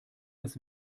das